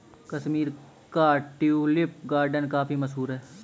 कश्मीर का tulip garden काफी मशहूर है